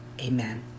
Amen